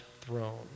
throne